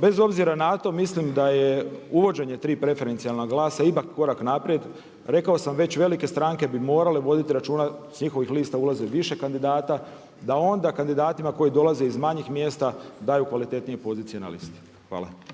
Bez obzira na to mislim da je uvođenje tri preferencijalna glasa ipak korak naprijed. Rekao sam već velike stranke bi morale voditi računa s njihovih lista ulazi više kandidata da onda kandidatima koji dolaze iz manjih mjesta daju kvalitetnije pozicije na listi. Hvala.